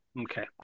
Okay